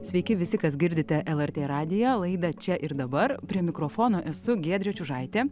sveiki visi kas girdite lrt radiją laidą čia ir dabar prie mikrofono esu giedrė čiužaitė